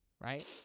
Right